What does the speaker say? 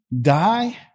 die